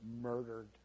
murdered